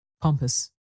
pompous